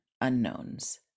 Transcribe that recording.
unknowns